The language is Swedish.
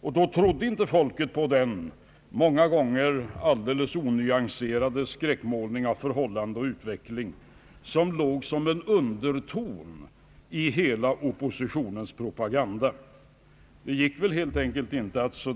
Folket trodde inte på den många gånger onyanserade skräckmålning av förhållandena och utvecklingen som låg som en underton i oppositionens propaganda. Det gick helt enkelt inte att så